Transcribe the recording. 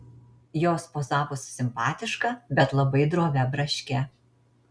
jos pozavo su simpatiška bet labai drovia braške